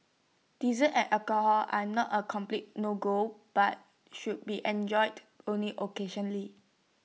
desserts and alcohol are not A complete no go but should be enjoyed only occasionally